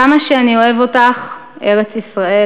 כמה שאני אוהב אותך/ ארץ-ישראל//